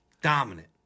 Dominant